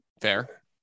Fair